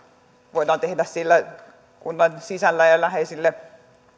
voidaan tehdä siellä kunnan sisällä ja läheisten